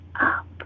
up